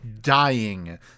dying